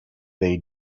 they